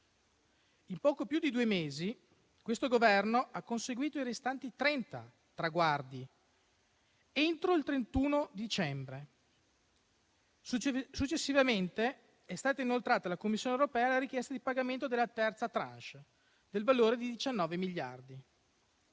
entro il 31 dicembre, questo Governo ha conseguito i restanti trenta traguardi. Successivamente è stata inoltrata alla Commissione europea la richiesta di pagamento della terza *tranche* del valore di 19 miliardi.